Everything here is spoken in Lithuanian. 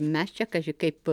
mes čia kaži kaip